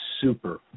super